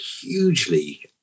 hugely